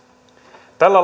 tällä